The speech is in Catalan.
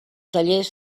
tallers